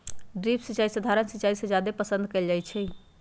drip सिंचाई सधारण सिंचाई से जादे पसंद कएल जाई छई